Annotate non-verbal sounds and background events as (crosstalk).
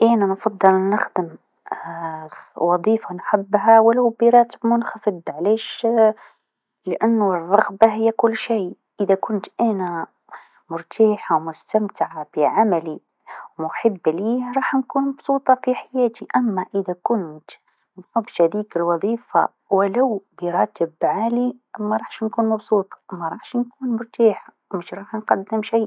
أنا نفضل نخدم (hesitation) وظيفة نحبها و لا براتب منخفض علاش لأنو الرغبه هي كل شيء، إذا كنت أنا مرتاحه و مستمتعه بعملي و محبه ليه راح نكون مبسوطه في حياتي، أما إذا كنت منحبش هاذيك الوظيفه و لو براتب عالي ماراحش نكون مبسوطه مراحش نكون مرتاحه مراحش نقدم شيء.